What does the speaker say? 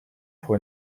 pour